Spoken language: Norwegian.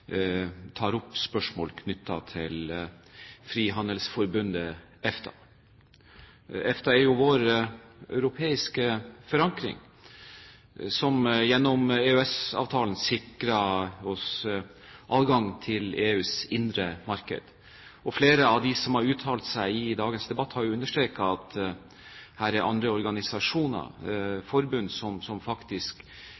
tar opp spørsmål knyttet til frihandelsforbundet EFTA. EFTA er jo vår europeiske forankring, som gjennom EØS-avtalen sikrer oss adgang til EUs indre marked. Flere av de som har uttalt seg i dagens debatt, har understreket at det er andre